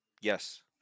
yes